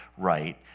right